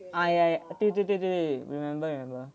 ah ya 对对对对 remember remember